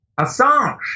Assange